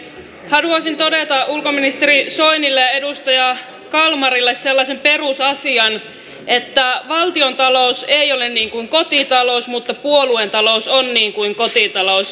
haluaisin todeta ulkoministeri soinille ja edustaja kalmarille sellaisen perusasian että valtiontalous ei ole niin kuin kotitalous mutta puolueen talous on niin kuin kotitalous